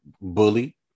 bully